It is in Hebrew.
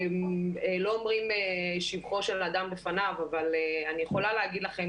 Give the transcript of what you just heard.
לא אומרים שבחו של אדם בפניו אבל אני יכולה להגיד לכם